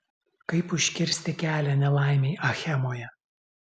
kaip užkirsti kelią nelaimei achemoje